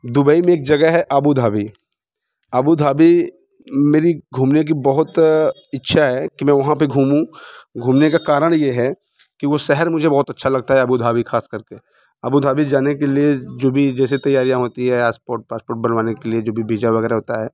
Dubai में एक जगह है आबू धाबी आबू धाबी मेरी घूमने की बहुत इच्छा है कि मैं वहाँ पर घूमूँ घूमने का कारण ये है कि वो शहर मुझे बहुत अच्छा लगता है आबू धाबी ख़ास कर के आबू धाबी जाने के लिए जो भी जैसे तैयारियाँ होती हैं आसपोर्ट पासपोर्ट बनवाने के लिए जो भी बीजा वग़ैरह होता है